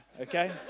okay